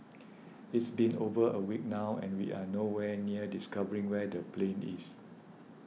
it's been over a week now and we are no where near discovering where the plane is